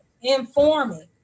informing